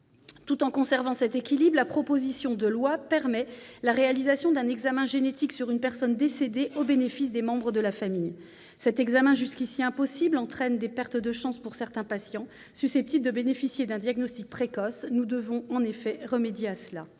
Tout en conservant cet équilibre, la proposition de loi permet la réalisation d'un examen génétique sur une personne décédée, au bénéfice des membres de la famille. Cet examen, jusqu'ici impossible, entraîne des pertes de chance pour certains patients susceptibles de bénéficier d'un diagnostic précoce. Nous devons remédier à cela.